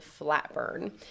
Flatburn